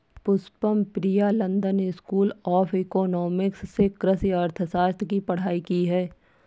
Pushpam Priya London school of economics से कृषि अर्थशास्त्र की पढ़ाई की है